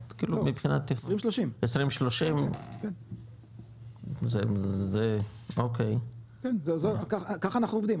2030.כן זה ככה אנחנו עובדים,